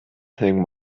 thing